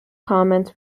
comments